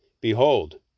BEHOLD